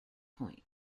point